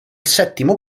settimo